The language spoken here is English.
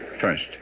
First